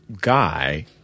guy